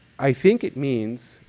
i think it means,